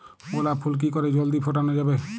গোলাপ ফুল কি করে জলদি ফোটানো যাবে?